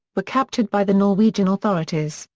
were captured by the norwegian authorities,